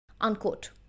Unquote